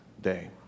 day